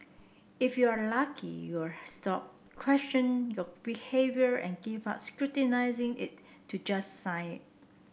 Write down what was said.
if you're lucky you'll stop question your behaviour and give up scrutinising it to just sign it